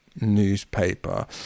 newspaper